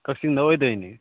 ꯀꯛꯆꯤꯡꯗ ꯑꯣꯏꯗꯣꯏꯅꯤ